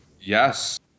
Yes